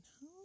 no